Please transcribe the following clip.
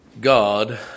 God